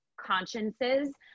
consciences